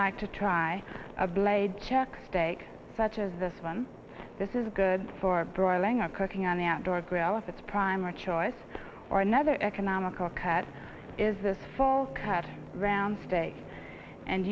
like to try a blade chuck steaks such as this one this is good for broiling a cooking on the outdoor grill of its prime or choice or another economical cut is this fall cutting round steak and